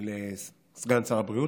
לקרוא לסגן שר הבריאות,